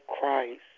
Christ